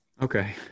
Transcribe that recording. Okay